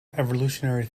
evolutionary